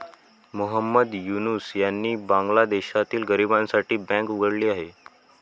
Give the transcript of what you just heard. मोहम्मद युनूस यांनी बांगलादेशातील गरिबांसाठी बँक उघडली आहे